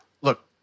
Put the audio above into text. Look